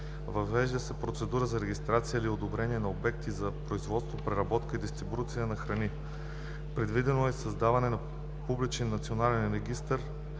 Въвеждат се процедури за регистрация или одобрение на обекти за производство, преработка и дистрибуция на храни. Предвидено е създаването на публичен национален регистър